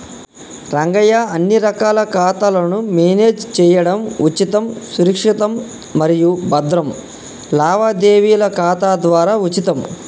రంగయ్య అన్ని రకాల ఖాతాలను మేనేజ్ చేయడం ఉచితం సురక్షితం మరియు భద్రం లావాదేవీల ఖాతా ద్వారా ఉచితం